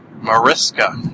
Mariska